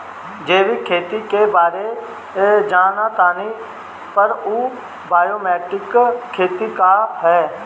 जैविक खेती के बारे जान तानी पर उ बायोडायनमिक खेती का ह?